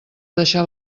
deixar